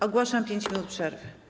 Ogłaszam 5 minut przerwy.